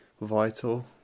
vital